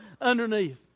underneath